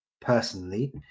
personally